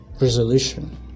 resolution